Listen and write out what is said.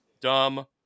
Dumb